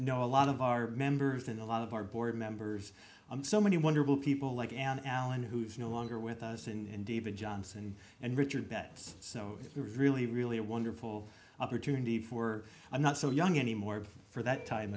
know a lot of our members and a lot of our board members so many wonderful people like an alan who's no longer with us and david johnson and richard betts so we were really really a wonderful opportunity for i'm not so young anymore for that time